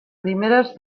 primeres